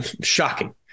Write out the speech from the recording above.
Shocking